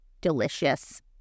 delicious